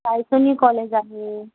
Raisoni college आहे